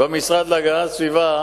במשרד להגנת הסביבה,